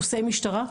עו"סי משטרה,